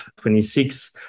26